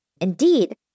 Indeed